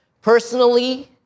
Personally